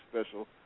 special